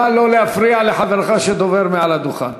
נא לא להפריע לחברך שמדבר מהדוכן.